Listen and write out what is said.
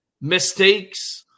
mistakes